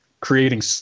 creating